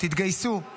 תתגייסו,